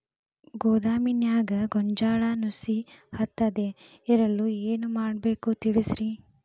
ಗೋದಾಮಿನ್ಯಾಗ ಗೋಂಜಾಳ ನುಸಿ ಹತ್ತದೇ ಇರಲು ಏನು ಮಾಡಬೇಕು ತಿಳಸ್ರಿ